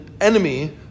enemy